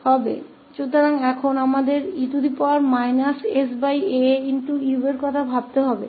तो अब अगर हम e sau के बारे में सोचते है